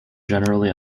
generally